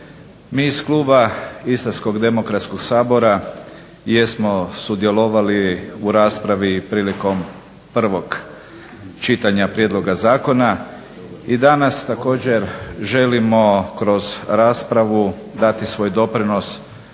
Mi iz kluba IDS-a jesmo sudjelovali u raspravi prilikom prvog čitanja prijedloga zakona. I danas također želimo kroz raspravu dati svoj doprinos